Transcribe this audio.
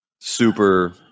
super